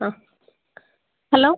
ആ ഹലോ